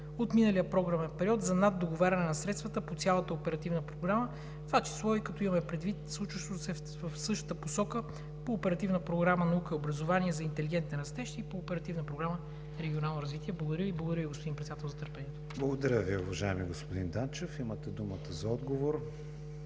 от миналия програмен период за наддоговаряне на средствата по цялата Оперативна програма, в това число и като имаме предвид случващото се в същата посока по Оперативна програма „Наука и образование за интелигентен растеж“ и по Оперативна програма „Регионално развитие“? Благодаря Ви. Благодаря Ви, господин Председател за търпението. ПРЕДСЕДАТЕЛ КРИСТИАН ВИГЕНИН: Благодаря Ви, уважаеми господин Данчев. Имате думата за отговор,